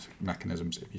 mechanisms